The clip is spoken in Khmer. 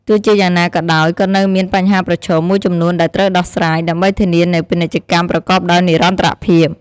ទោះជាយ៉ាងណាក៏ដោយ ក៏នៅមាន បញ្ហាប្រឈម មួយចំនួនដែលត្រូវដោះស្រាយ ដើម្បីធានានូវពាណិជ្ជកម្មប្រកបដោយនិរន្តរភាព។